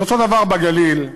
אותו דבר בגליל,